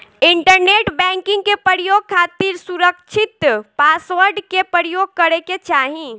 internet banking के प्रयोग खातिर सुरकछित पासवर्ड के परयोग करे के चाही